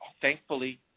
thankfully